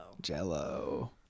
Jell-O